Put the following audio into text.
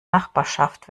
nachbarschaft